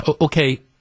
Okay